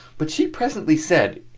but she presently said,